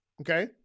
okay